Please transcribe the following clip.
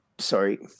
Sorry